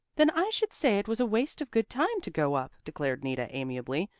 then i should say it was a waste of good time to go up, declared nita amiably.